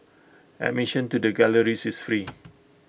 admission to the galleries is free